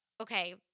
okay